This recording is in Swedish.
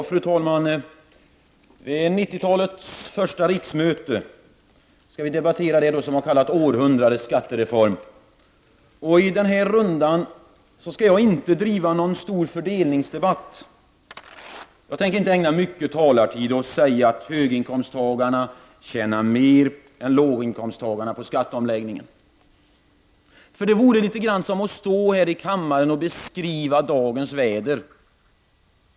Fru talman! Vid 90-talets första riksmöte skall vi debattera det som har kallats århundradets skattereform. I denna debattrunda skall jag inte driva någon stor fördelningsdebatt. Jag tänker inte ägna mycket talartid till att säga att höginkomsttagarna tjänar mer på skatteomläggningen än låginkomsttagarna. Det vore ju litet grand som att beskriva dagens väder för kammaren.